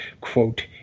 quote